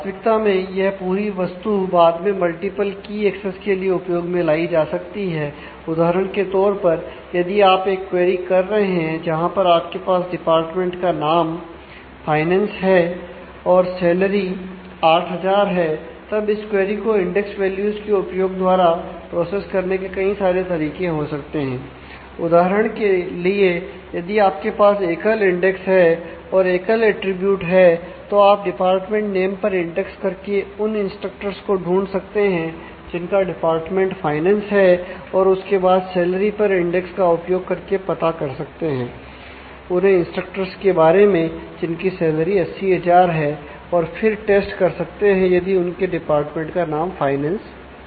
वास्तविकता में यह पूरी वस्तु बाद में मल्टीपल की एक्सेस कर सकते हैं यदि उनके डिपार्टमेंट का नाम फाइनेंस है